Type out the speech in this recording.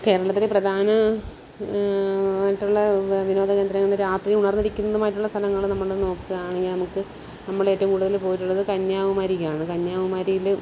കേരളത്തിലെ പ്രധാന ആയിട്ടുള്ള വിനോദ കേന്ദ്രങ്ങള് രാത്രി ഉണർന്നിരിക്കുന്നതുമായിട്ടുള്ള സ്ഥലങ്ങള് നമ്മള് നോക്കുകയാണെങ്കില് നമുക്ക് നമ്മളേറ്റവും കൂടുതല് പോയിട്ടുള്ളത് കന്യാകുമാരിക്കാണ് കന്യാകുമാരിയില്